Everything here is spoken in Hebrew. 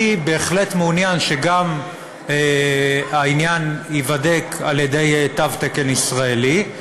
אני בהחלט מעוניין שהעניין גם ייבדק עם תו תקן ישראלי.